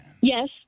Yes